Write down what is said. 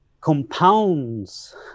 compounds